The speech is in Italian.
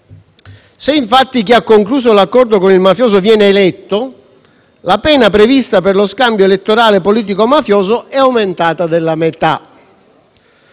se infatti chi ha concluso l'accordo con il mafioso viene eletto, la pena prevista per lo scambio elettorale politico-mafioso è aumentata della metà.